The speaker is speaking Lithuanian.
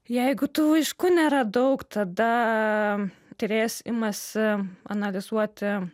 jeigu tų laiškų nėra daug tada tyrėjas imasi analizuoti